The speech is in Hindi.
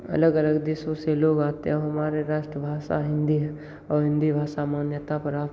अलग अलग देशों से लोग आते हो हमारे राष्ट्र भाषा हिंदी है और हिंदी भाषा मान्यता प्राप्त